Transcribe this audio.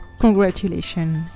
congratulations